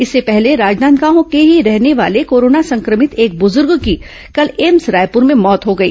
इससे पहले राजनांदगांव के ही रहने वाले कोरोना संक्रमित एक बुजुर्ग की कल एम्स रायपुर में मौत हो गई